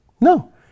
No